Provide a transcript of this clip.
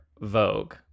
Vogue